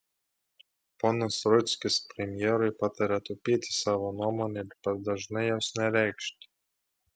ponas rudzkis premjerui pataria taupyti savo nuomonę ir per dažnai jos nereikšti